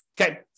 Okay